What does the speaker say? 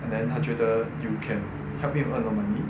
and then 他觉得 you can help me earn a lot of money